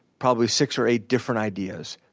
probably six or eight different ideas.